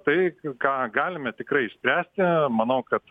tai ką galime tikrai išspręsti manau kad